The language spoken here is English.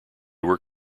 were